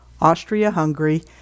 Austria-Hungary